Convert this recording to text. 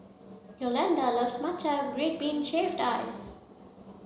Yolanda loves matcha red bean shaved ice